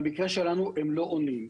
במקרה שלנו הם לא עונים.